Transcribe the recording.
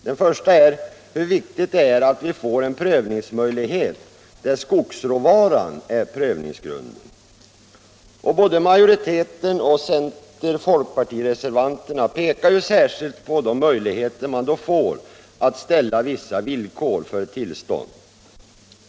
Den första är hur viktigt det är att vi får en prövningsmöjlighet där skogsråvaran är prövningsgrunden. Både majoriteten och centeroch folkpartireservanterna pekar särskilt på de möjligheter man då får att ställa vissa villkor för ett tillstånd.